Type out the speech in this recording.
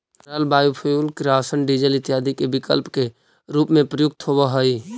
तरल बायोफ्यूल किरासन, डीजल इत्यादि के विकल्प के रूप में प्रयुक्त होवऽ हई